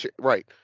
Right